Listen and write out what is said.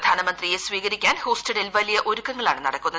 പ്രധാനമന്ത്രിയെ സ്വീകരിക്കാൻ ഹൂസ്റ്റണിൽ വലിയ ഒരുക്കങ്ങളാണ് നടക്കുന്നത്